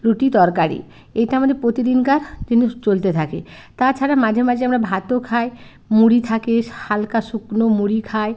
রুটি তরকারি এটা আমাদের প্রতিদিনকার জিনিস চলতে থাকে তাছাড়া মাঝে মাঝে আমরা ভাতও খাই মুড়ি থাকে হালকা শুকনো মুড়ি খাই